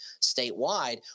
statewide